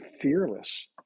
fearless